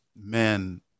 men